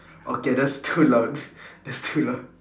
okay that's too loud that's too loud